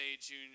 June